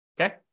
Okay